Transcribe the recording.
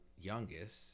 youngest